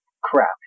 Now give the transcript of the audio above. crap